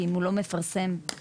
כי אם הוא לא מפרסם שם,